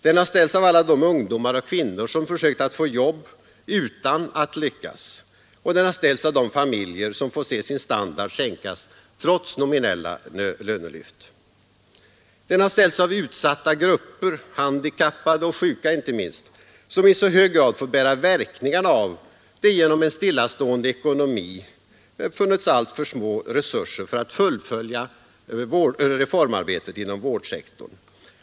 Den har ställts av alla de ungdomar och kvinnor som försökt få jobb utan att lyckas. Den har ställts av de familjer som fått se sin standard sänkas trots nominella lönelyft. Den har ställts av utsatta grupper, handikappade och sjuka inte minst, som i så hög grad fått bära verkningarna av att det genom en stillastående ekonomi funnits alltför små resurser för att fullfölja reformarbetet inom vårdsektorn.